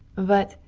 but,